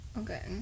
Okay